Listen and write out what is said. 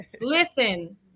Listen